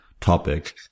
topic